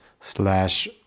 slash